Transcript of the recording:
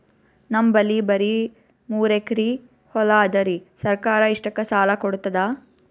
ನಮ್ ಬಲ್ಲಿ ಬರಿ ಮೂರೆಕರಿ ಹೊಲಾ ಅದರಿ, ಸರ್ಕಾರ ಇಷ್ಟಕ್ಕ ಸಾಲಾ ಕೊಡತದಾ?